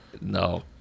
No